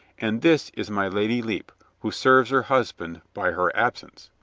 and this is my lady lepe, who serves her husband by her absence.